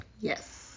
Yes